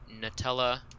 Nutella